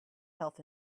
health